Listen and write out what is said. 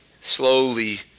slowly